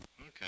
Okay